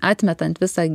atmetant visą